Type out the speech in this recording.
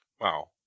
Wow